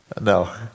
no